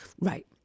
right